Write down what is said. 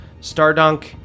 Stardunk